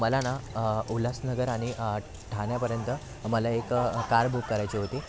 मला ना उल्हास नगर आणि ठाण्यापर्यंत मला एक कार बुक करायची होती